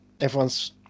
everyone's